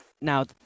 Now